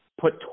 put